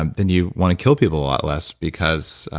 um then you want to kill people a lot less because,